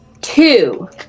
two